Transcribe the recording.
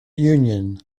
union